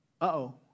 Uh-oh